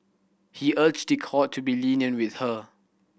he urged the court to be lenient with her